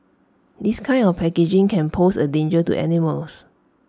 this kind of packaging can pose A danger to animals